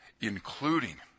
including